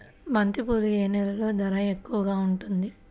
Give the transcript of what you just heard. బంతిపూలు ఏ నెలలో ధర ఎక్కువగా ఉంటుంది?